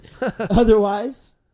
otherwise